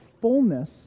fullness